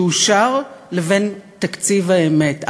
שאושר, לבין תקציב האמת.